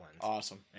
Awesome